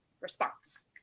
response